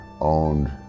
owned